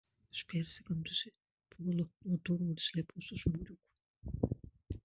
aš persigandusi puolu nuo durų ir slepiuos už mūriuko